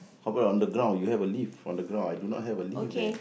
how about underground you have a lift on the ground I do not have a lift there